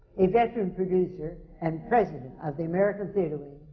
a veteran producer, and president of the american theatre wing,